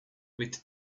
with